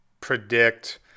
predict